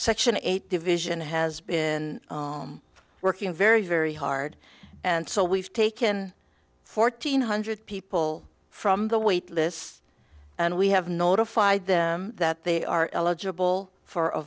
section eight division has been working very very hard and so we've taken fourteen hundred people from the wait list and we have notified them that they are eligible for a